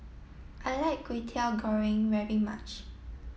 I like Kway teow Goreng very much